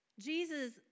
Jesus